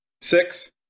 Six